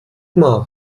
mal